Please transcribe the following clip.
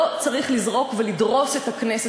לא צריך לזרוק ולדרוס את הכנסת,